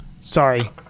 sorry